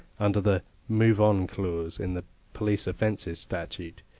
under the move on clause in the police offences statute.